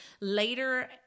later